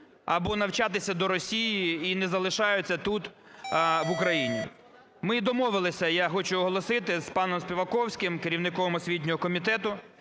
або навчатися до Росії і не залишаються тут в Україні. Ми домовилися, я хочу оголосити з паном Співаковським, керівником освітнього комітету,